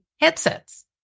headsets